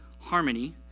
harmony